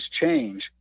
change